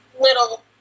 little